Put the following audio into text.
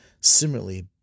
similarly